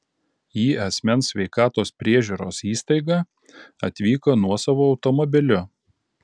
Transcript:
į asmens sveikatos priežiūros įstaigą atvyko nuosavu automobiliu